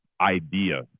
idea